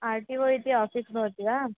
R T O इति office भवति वा